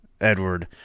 Edward